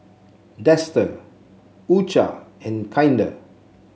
Dester U Cha and Kinder